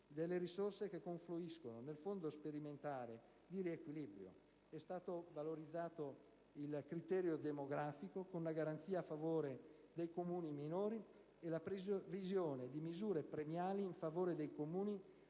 delle risorse che confluiscono nel Fondo sperimentale di riequilibrio: è stato valorizzato il criterio demografico, con una garanzia in favore dei Comuni minori e la previsione di misure premiali in favore dei Comuni che